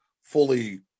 fully